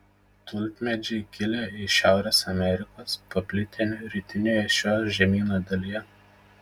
tulpmedžiai kilę iš šiaurės amerikos paplitę rytinėje šio žemyno dalyje